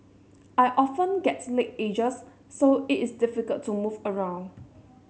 I often get leg aches so it is difficult to move around